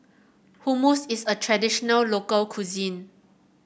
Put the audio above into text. hummus is a traditional local cuisine